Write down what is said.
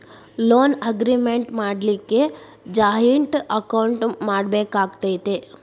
Loan agreement ಮಾಡ್ಲಿಕ್ಕೆ joint account ಮಾಡ್ಬೆಕಾಕ್ಕತೇ?